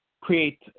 create